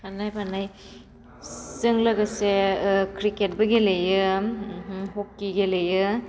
खारनाय बारनायजों लोगोसे क्रिकेटबो गेलेयो हकि गेलेयो